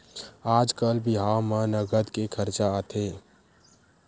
आजकाल बिहाव म नँगत के खरचा आथे